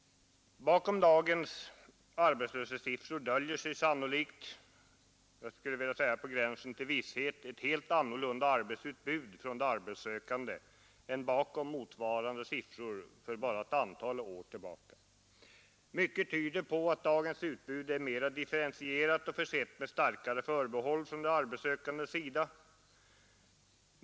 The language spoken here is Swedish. Bakom dagens arbetslöshetssiffror döljer sig sannolikt — jag skulle t.o.m. vilja säga på gränsen till visshet — ett helt annorlunda arbetsutbud från de arbetssökande än bakom motsvarande siffror för bara ett antal år sedan. Mycket tyder på att dagens utbud är mera differentierat och försett med starkare förbehåll från de arbetssökandes sida.